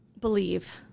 believe